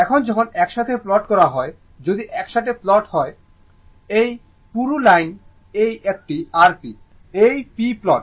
এখন যখন একসাথে প্লট করা হয় যদি একসাথে প্লট হয় এই পুরু লাইন এই একটি r p এই p প্লট